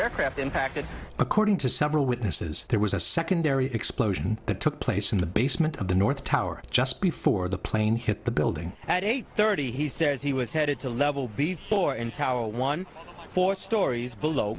aircraft impacted according to several witnesses there was a secondary explosion that took place in the basement of the north tower just before the plane hit the building at eight thirty he says he was headed to level before in tower one four stories below